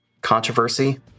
controversy